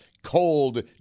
cold